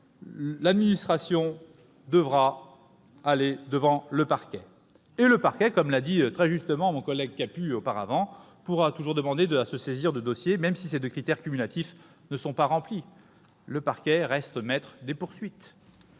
l'administration devra aller devant le parquet, qui, comme l'a souligné à juste titre mon collègue Capus, pourra toujours demander à se saisir d'un dossier, même si les deux critères cumulatifs ne sont pas remplis. Ainsi, le parquet reste maître des poursuites.